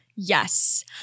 Yes